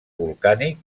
volcànic